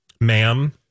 Ma'am